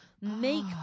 make